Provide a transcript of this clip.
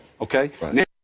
okay